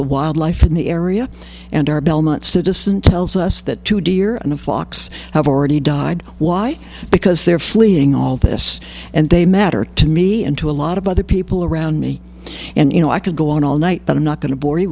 the wildlife in the area and our belmont citizen tells us that two deer and a fox have already died why because they're fleeing all this and they matter to me and to a lot of other people around me and you know i could go on all night but i'm not going to bore you